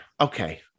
okay